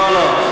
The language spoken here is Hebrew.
לא, לא.